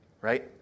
right